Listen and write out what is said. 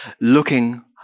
looking